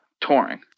touring